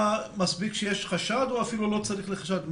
מספיק שיש חשד או אפילו לא צריך חשד?